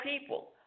people